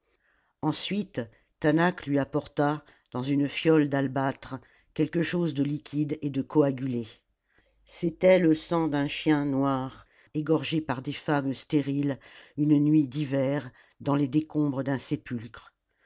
ensuite taanach lui apporta dans une fiole d'albâtre quelque chose de liquide et de coagulé c'était le sang d'un chien noir égorgé par des femmes stériles une nuit d'hiver dans les décombres d'un sépulcre